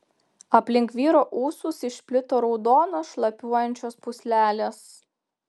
aplink vyro ūsus išplito raudonos šlapiuojančios pūslelės